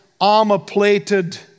armor-plated